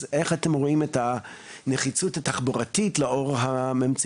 אז איך אתם רואים את הנחיצות התחבורתית לאור הממצאים